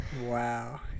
Wow